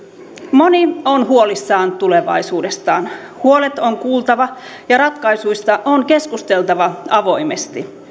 moni on huolissaan tulevaisuudestaan huolet on kuultava ja ratkaisuista on keskusteltava avoimesti